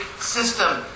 system